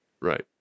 right